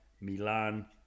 Milan